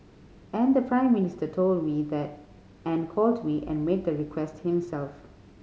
and the Prime Minister told me that and called me and made that request himself